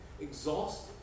exhausted